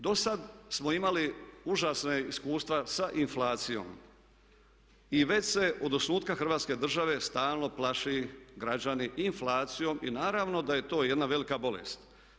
Do sad smo imali užasna iskustva sa inflacijom i već se od osnutka Hrvatske države stalno plaši građane inflacijom i naravno da je to jedna velika bolest.